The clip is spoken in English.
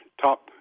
top